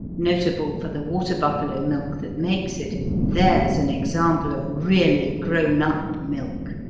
notable for the water-buffalo milk that makes it, there's an example of really grown-up milk.